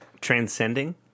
Transcending